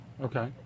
Okay